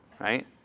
right